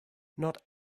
not